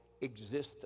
existence